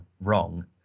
wrong